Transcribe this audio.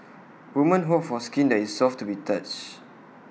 women hope for skin that is soft to the touch